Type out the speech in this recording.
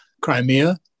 Crimea